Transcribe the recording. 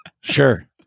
sure